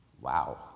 Wow